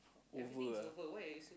over ah